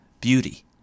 beauty